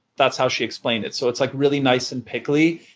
that's how she explained it. so it's like really nice and pickly,